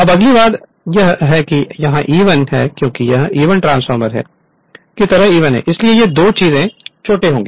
अब अगली बात यह है कि यह E1 है क्योंकि यह E1 ट्रांसफार्मर की तरह E1 है इसलिए ये दो चीजें coto होंगी